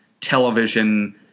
television